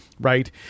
right